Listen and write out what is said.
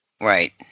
right